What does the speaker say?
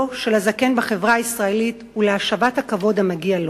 של הזקן בחברה הישראלית ולהשבת הכבוד המגיע לו,